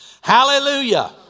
hallelujah